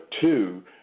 two